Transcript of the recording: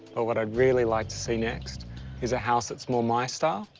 but what i'd really like to see next is a house that's more my style.